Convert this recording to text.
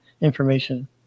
information